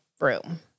room